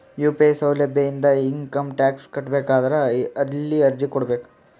UPI ಸೌಲಭ್ಯ ಇಂದ income tax ಕಟ್ಟಬೇಕಾದರ ಎಲ್ಲಿ ಅರ್ಜಿ ಕೊಡಬೇಕು?